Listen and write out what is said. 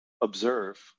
observe